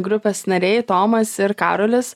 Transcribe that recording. grupės nariai tomas ir karolis